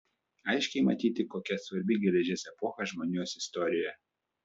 aiškiai matyti kokia svarbi geležies epocha žmonijos istorijoje